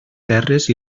terres